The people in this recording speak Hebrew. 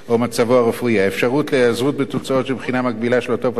האפשרות להיעזרות בתוצאות של בחינה מקבילה של אותו הפטנט במדינה אחרת,